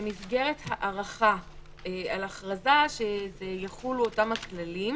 במסגרת הארכה על הכרזה שיחולו אותם הכללים,